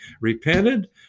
repented